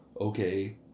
Okay